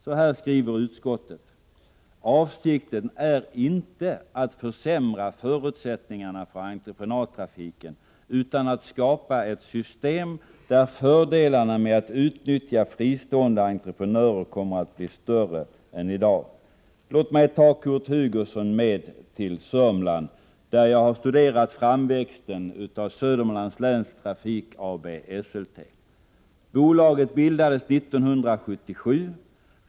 Så här skriver utskottet: ”Avsikten är inte ——— att försämra förutsättningarna för entreprenadtrafiken utan att skapa ett system där fördelarna med att utnyttja fristående entreprenörer kommer att bli större än i dag.” Låt mig ta Kurt Hugosson med till Sörmland, där jag har studerat framväxten av Södermanlands Läns Trafik AB, SLT! Bolaget bildades 1977.